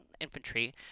infantry